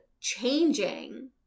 changing